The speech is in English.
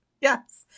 Yes